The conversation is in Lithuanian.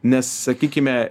nes sakykime